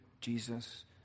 Jesus